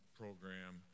program